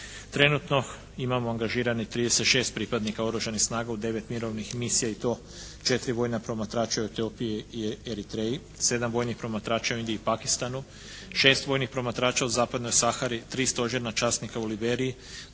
Trenutno imamo angažiranih 36 pripadnika Oružanih snaga u 9 mirovnih misija i to 4 vojna promatrača u Etiopiji i Eritreji, 7 vojnih promatrača u Indiji i Pakistanu, 6 vojnih promatrača u Zapadnoj Sahari, 3 stožerna časnika u Liberiji,